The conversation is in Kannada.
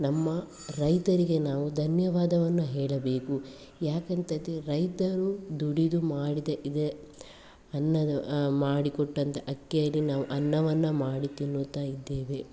ನಮ್ಮ ರೈತರಿಗೆ ನಾವು ಧನ್ಯವಾದವನ್ನು ಹೇಳಬೇಕು ಯಾಕೆ ಅಂಥ ರೈತರು ದುಡಿದು ಮಾಡಿದ ಇದೆ ಅನ್ನದ ಮಾಡಿಕೊಟ್ಟಂತಹ ಅಕ್ಕಿಯನ್ನೇ ನಾವು ಅನ್ನವನ್ನು ಮಾಡಿ ತಿನ್ನುತ್ತಾ ಇದ್ದೇವೆ